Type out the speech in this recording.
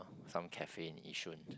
some cafe in Yishun